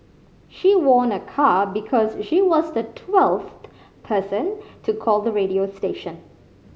she won a car because she was the twelfth person to call the radio station